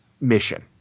mission